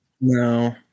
no